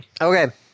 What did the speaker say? Okay